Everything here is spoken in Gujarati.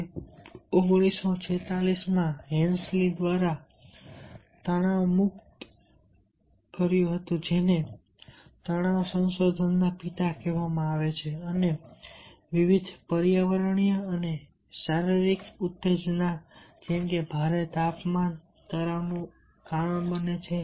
તે 1946 માં હેન્સલી દ્વારા તણાવયુક્ત હતું જેને તણાવ સંશોધનના પિતા પણ કહેવામાં આવે છે અને વિવિધ પર્યાવરણીય અને શારીરિક ઉત્તેજના જેમ કે ભારે તાપમાન તણાવનું કારણ બને છે